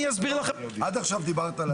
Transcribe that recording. עד עכשיו דיברת לעניין.